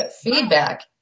feedback